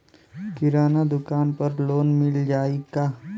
किराना दुकान पर लोन मिल जाई का?